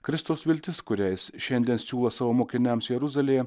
kristaus viltis kurią is šiandien siūlo savo mokiniams jeruzalėje